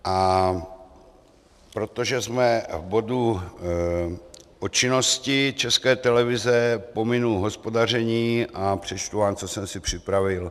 A protože jsme v bodu o činnosti České televize, pominu hospodaření a přečtu vám, co jsem si připravil: